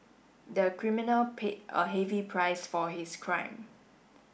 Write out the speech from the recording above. the criminal paid a heavy price for his crime